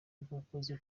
bwakoze